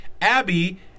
Abby